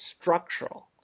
structural